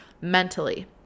mentally